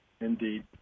Indeed